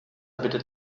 bitte